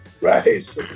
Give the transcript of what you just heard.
right